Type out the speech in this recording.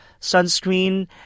sunscreen